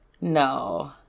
No